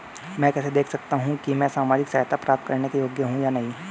मैं कैसे देख सकती हूँ कि मैं सामाजिक सहायता प्राप्त करने के योग्य हूँ या नहीं?